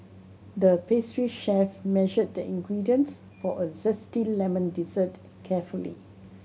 the pastry chef measured the ingredients for a zesty lemon dessert carefully